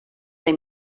they